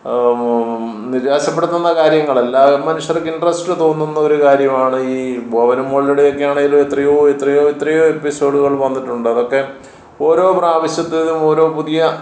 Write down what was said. നിരാശപ്പെടുത്തുന്ന കാര്യങ്ങളല്ലാതെ മനുഷ്യർക്ക് ഇൻട്രസ്റ്റ് തോന്നുന്നൊരു കാര്യമാണീ ബോബനും മോളിയുടെയൊക്കെയാണെങ്കിലും എത്രയോ എത്രയോ എത്രയോ എപ്പീസോഡുകൾ വന്നിട്ടുണ്ട് അതൊക്കെ ഓരോ പ്രാവശ്യത്തേതും ഓരോ പുതിയ